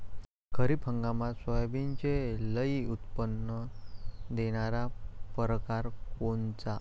खरीप हंगामात सोयाबीनचे लई उत्पन्न देणारा परकार कोनचा?